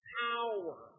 power